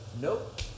nope